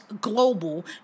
global